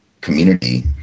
community